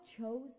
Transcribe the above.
chose